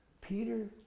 Peter